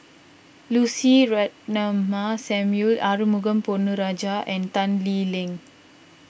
Lucy Ratnammah Samuel Arumugam Ponnu Rajah and Tan Lee Leng